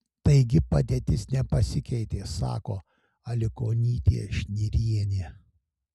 taigi padėtis nepasikeitė sako aliukonytė šnirienė